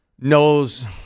knows